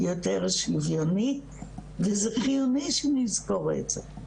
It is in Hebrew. יותר שוויוני וזה חיוני שנזכור את זה.